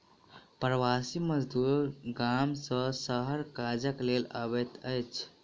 प्रवासी मजदूर गाम सॅ शहर काजक लेल अबैत अछि